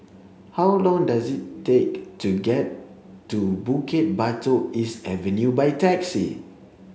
how long does it take to get to Bukit Batok East Avenue by taxi